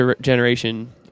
generation